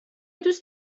دوست